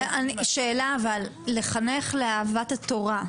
שאלה: לחנך לאהבת התורה,